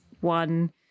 one